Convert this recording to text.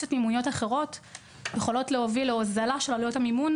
בנושא: הלוואות ומקורות אשראי של גופים שונים.